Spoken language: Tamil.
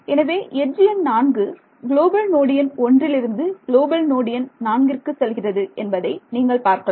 எனவே எட்ஜ் எண் 4 குளோபல் நோடு எண் ஒன்றிலிருந்து குளோபல் நோடு எண் நான்கிற்கு செல்கிறது என்பதை நீங்கள் பார்க்கலாம்